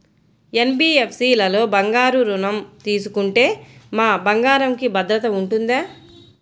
NBFC లలో బంగారు ఋణం తీసుకుంటే మా బంగారంకి భద్రత ఉంటుందా?